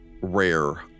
rare